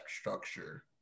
structure